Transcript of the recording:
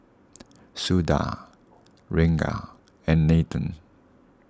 Suda Ranga and Nathan